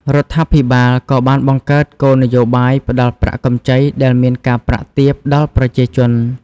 រដ្ឋាភិបាលក៏បានបង្កើតគោលនយោបាយផ្តល់ប្រាក់កម្ចីដែលមានការប្រាក់ទាបដល់ប្រជាជន។